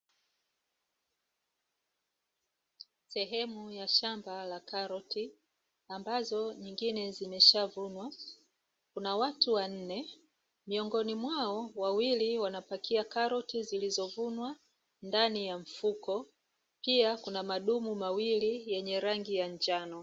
Sehemu ya shamba la karoti ambazo nyingine zimeshavunwa. Kuna watu wanne, miongoni mwao wawili wanapakia karoti zilizovunwa ndani ya mfuko, pia kuna madumu mawili yenye rangi ya njano.